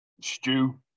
stew